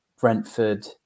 Brentford